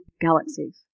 galaxies